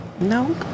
No